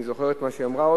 אני עוד זוכר את מה שהיא אמרה,